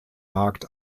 markt